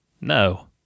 No